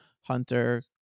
hunter